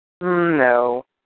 No